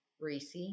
Reese